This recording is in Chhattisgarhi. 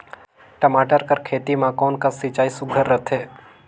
टमाटर कर खेती म कोन कस सिंचाई सुघ्घर रथे?